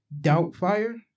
Doubtfire